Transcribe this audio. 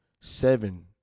seven